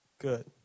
good